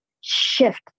shift